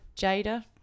Jada